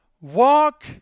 Walk